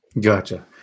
Gotcha